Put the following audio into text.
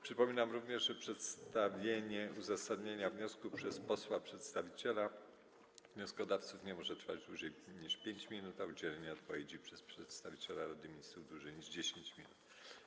Przypominam również, że przedstawienie uzasadnienia wniosku przez posła przedstawiciela wnioskodawców nie może trwać dłużej niż 5 minut, a udzielenie odpowiedzi przez przedstawiciela Rady Ministrów - dłużej niż 10 minut.